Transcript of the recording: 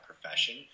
profession